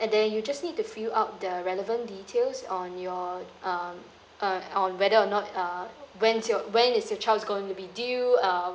and then you just need to fill up the relevant details on your um uh on whether or not uh when's your when is your child's going be due uh